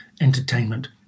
entertainment